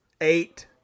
eight